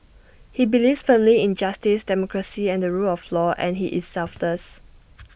he believes firmly in justice democracy and the rule of law and he is selfless